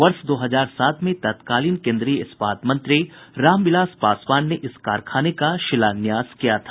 वर्ष दो हजार सात में तत्कालीन केन्द्रीय इस्पात मंत्री रामविलास पासवान ने इस कारखाने का शिलान्यास किया था